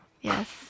yes